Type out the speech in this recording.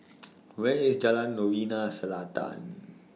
Where IS Jalan Novena Selatan